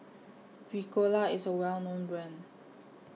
Ricola IS A Well known Brand